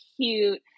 cute